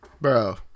Bro